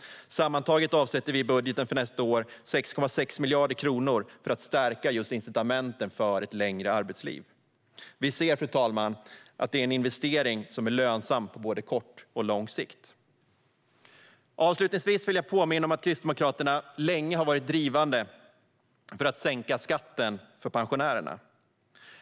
Sammantaget avsätter vi i budgeten för nästa år 6,6 miljarder kronor just för att stärka incitamenten för ett längre arbetsliv. Vi ser, fru talman, att detta är en investering som är lönsam på både kort och lång sikt. Avslutningsvis vill jag påminna om att Kristdemokraterna länge har varit drivande för att sänka skatten för pensionärerna.